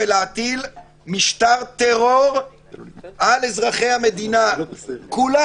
ולהטיל משטר טרור על אזרחי המדינה כולם,